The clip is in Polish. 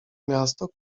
miasto